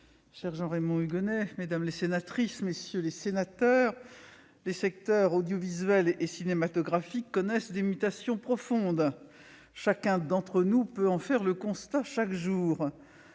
cher Jean-Raymond Hugonet, mesdames, messieurs les sénateurs, les secteurs audiovisuel et cinématographique connaissent des mutations profondes, chacun d'entre nous peut en faire le constat chaque jour.